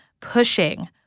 Pushing